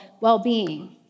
well-being